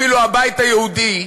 אפילו הבית היהודי,